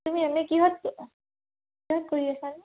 তুমি M A কিহত কিহত কৰি আছানো